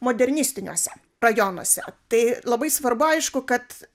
modernistiniuose rajonuose tai labai svarbu aišku kad